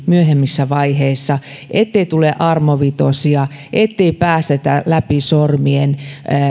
myöhemmissä vaiheissa ettei tulisi armovitosia ettei päästettäisi läpi sormien